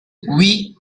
oui